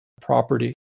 property